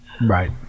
Right